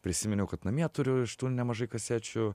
prisiminiau kad namie turiu nemažai kasečių